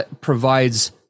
provides